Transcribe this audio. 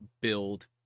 build